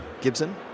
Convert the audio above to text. gibson